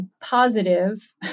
Positive